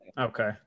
Okay